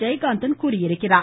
ஜெயகாந்தன் தெரிவித்துள்ளார்